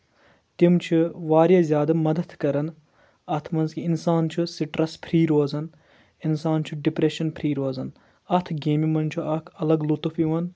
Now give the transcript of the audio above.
تِم چھِ واریاہ زیادٕ مَدَد کَران اَتھ منٛز کہِ اِنسان چھُ سِٹرٛس فری روزان اِنسان چھُ ڈِپریشَن فری روزان اَتھ گیمہِ منٛز چھُ اکھ الگ لُطف یِوان